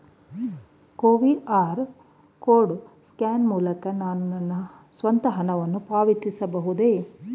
QR code scan ಮೂಲಕ ನಾನು ನನ್ನ ಸ್ವಂತ ಹಣವನ್ನು ಪಾವತಿಸಬಹುದೇ?